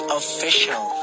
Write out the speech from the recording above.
official